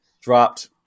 dropped